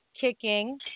kicking